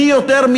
מי יותר,